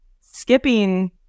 skipping